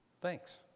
thanks